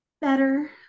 better